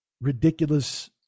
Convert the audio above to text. ridiculous